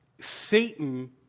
Satan